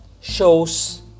shows